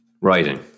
writing